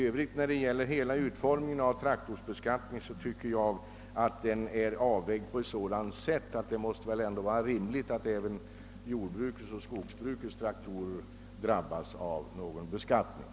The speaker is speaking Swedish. I övrigt anser jag hela utformningen av traktorbeskattningen vara väl avvägd. Det måste väl vara rimligt att även jordbrukets och skogsbrukets traktorer drabbas av någon beskattning.